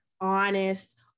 honest